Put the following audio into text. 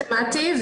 שמעתי,